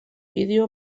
vídeo